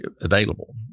available